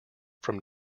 from